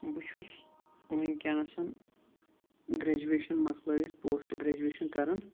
بہٕ چھُس وٕنکٮ۪نَسَن گریجُویشَن مۄکلٲیِتھ پوسٹ گریٚجُویشَن کران